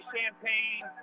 Champagne